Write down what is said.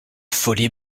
folie